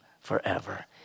forever